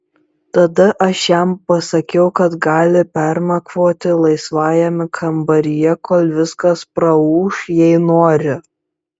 tada aš jam pasakiau kad gali pernakvoti laisvajame kambaryje kol viskas praūš jei nori